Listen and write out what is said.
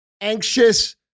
anxious